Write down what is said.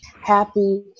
happy